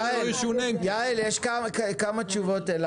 יעל, יש כמה תשובות.